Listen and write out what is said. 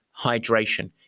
hydration